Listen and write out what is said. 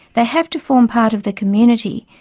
they have to form part of the community,